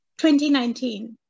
2019